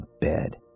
bed